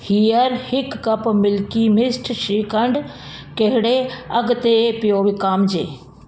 हीअंर हिकु cup Milky Mist shrikhand कहिड़े अघि ते पियो विकामिजे